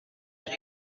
been